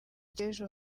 cy’ejo